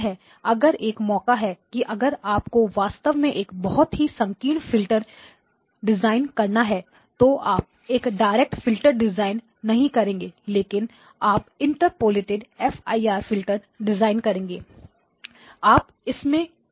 उम्मीद है अगर एक मौका है कि अगर आपको वास्तव में एक बहुत ही संकीर्ण फिल्टर डिजाइन करना है तो आप एक डायरेक्ट फिल्टर डिजाइन नहीं करेंगे लेकिन आप इंटरपोलेटेड एफआईआर डिजाइन करेंगे